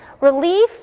relief